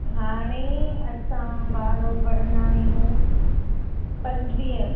हाणे असां भाड़ो भरंदा आहियूं पंजवीह